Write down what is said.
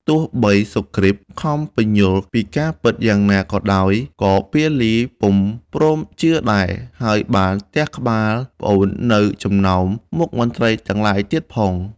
ទោះបីសុគ្រីតខំពន្យល់ពីការពិតយ៉ាងណាក៏ដោយ ក៏ពាលីពុំ ព្រមជឿដែរ ហើយបានទះក្បាលប្អូននៅចំណោមមុខមន្ត្រីទាំងឡាយទៀតផង។